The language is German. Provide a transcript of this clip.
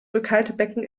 rückhaltebecken